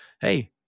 hey